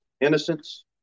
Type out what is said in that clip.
innocence